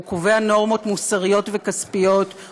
הוא קובע נורמות מוסריות וכספיות,